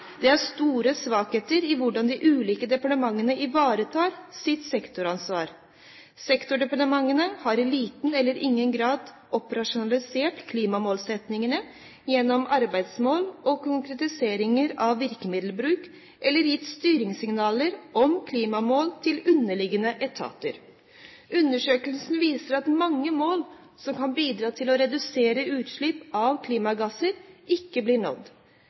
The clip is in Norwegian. det er store svakheter i hvordan de ulike departementene ivaretar sitt sektoransvar. Sektordepartementene har «i liten eller ingen grad operasjonalisert klimamålsettingene gjennom arbeidsmål og konkretisering av virkemiddelbruk» eller gitt «styringssignaler om klimamål til underliggende etater.» Videre: «Undersøkelsen viser at mange mål som kan bidra til reduserte utslipp av klimagasser ikke blir nådd.